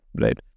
right